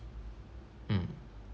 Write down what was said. mm